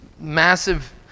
massive